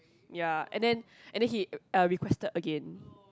ya and then and then he uh requested again